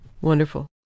Wonderful